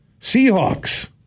Seahawks